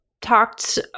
talked